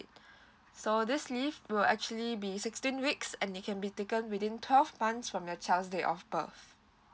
so this leave will actually be sixteen weeks and they can be taken within twelve months from your child's day of birth